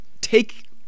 take